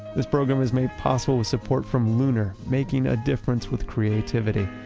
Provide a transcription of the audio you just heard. this program is made possible with support from lunar, making a difference with creativity.